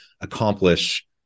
accomplish